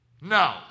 No